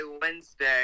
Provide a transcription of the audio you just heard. Wednesday